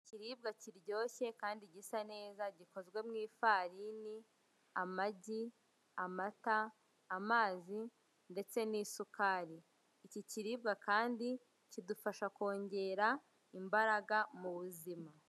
Ikiribwa kiryoshye kandi gisa neza gikozwe mu ifarini, amagi, amata, amazi ndetse n'isukari iki kiribwa kandi kidufasha kongera imbaraga mu buzima.